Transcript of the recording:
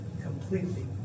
completely